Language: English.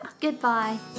goodbye